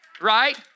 Right